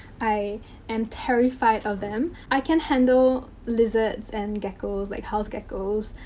i am terrified of them. i can handle lizards, and geckos like house geckos.